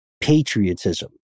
patriotism